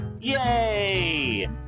yay